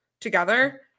together